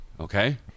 okay